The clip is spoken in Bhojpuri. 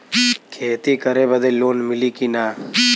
खेती करे बदे लोन मिली कि ना?